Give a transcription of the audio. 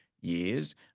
years